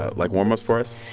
ah like, warm-ups for us?